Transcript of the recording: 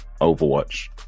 overwatch